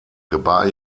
gebar